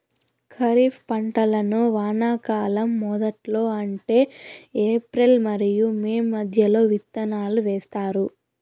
ఖరీఫ్ పంటలను వానాకాలం మొదట్లో అంటే ఏప్రిల్ మరియు మే మధ్యలో విత్తనాలు వేస్తారు